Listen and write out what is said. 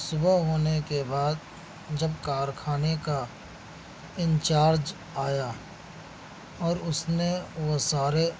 صبح ہونے کے بعد جب کارخانے کا انچارج آیا اور اس نے وہ سارے